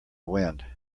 wind